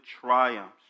triumphs